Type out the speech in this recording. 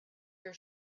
your